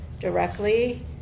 directly